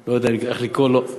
לא יודע איך לקרוא לו.